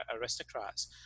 aristocrats